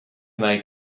mae